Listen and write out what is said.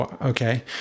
Okay